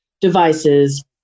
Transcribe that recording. devices